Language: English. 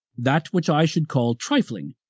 that which i should call trifling,